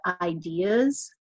ideas